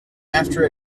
after